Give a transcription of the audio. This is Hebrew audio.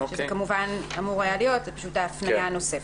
זה כמובן אמור היה להיות, זו פשוט ההפניה הנוספת.